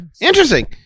Interesting